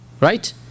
right